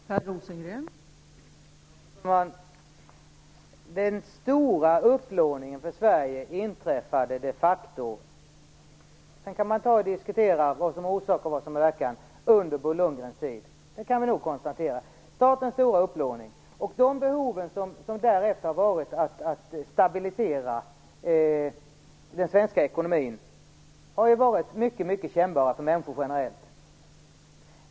Fru talman! Den stora upplåningen för Sveriges del inträffade de facto, och sedan kan man diskutera vad om är orsak och verkan, under Bo Lundgrens tid. Det kan vi nog konstatera. Statens stora upplåning och de behov som därefter har funnits av att stabilisera den svenska ekonomin, har varit mycket kännbara för människor generellt.